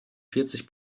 vierzig